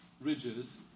ridges